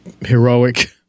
heroic